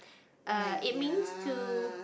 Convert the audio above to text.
err it means to